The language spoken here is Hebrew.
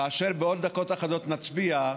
כאשר בעוד דקות אחדות נצביע,